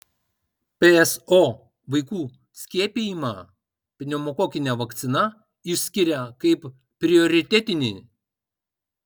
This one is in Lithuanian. pso vaikų skiepijimą pneumokokine vakcina išskiria kaip prioritetinį